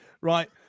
right